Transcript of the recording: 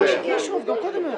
לא.